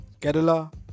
kerala